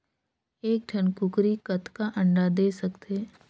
एक ठन कूकरी कतका अंडा दे सकथे?